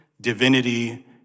divinity